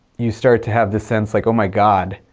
you start to have the sense like, oh my god,